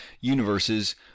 universes